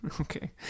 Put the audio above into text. Okay